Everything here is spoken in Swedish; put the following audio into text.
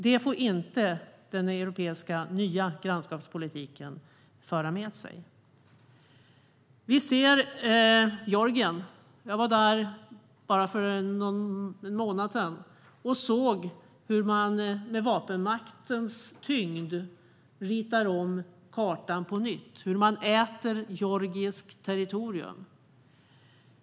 Det får den nya europeiska grannskapspolitiken inte föra med sig. Vi ser hur det är i Georgien. Jag var där för bara en månad sedan och såg hur man med vapenmaktens tyngd ritar om kartan på nytt, hur man äter georgiskt territorium.